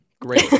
Great